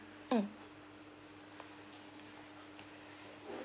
mm